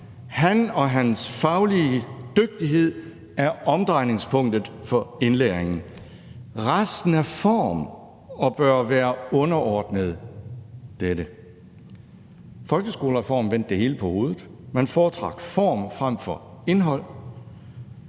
Han og hans faglige dygtighed er omdrejningspunktet for indlæringen. Resten er form og bør være underordnet dette. Folkeskolereformen vende det hele på hovedet: Man foretrak form frem for indhold.